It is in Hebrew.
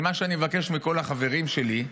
מה שאני מבקש מכל החברים שלי,